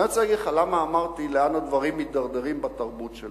ואני רוצה להגיד לך למה אמרתי לאן הדברים מידרדרים בתרבות שלנו.